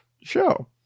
show